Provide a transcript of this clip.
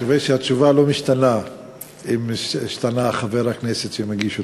אני מקווה שהתשובה לא משתנה אם משתנה חבר הכנסת שמגיש אותה.